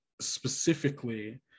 specifically